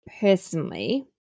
personally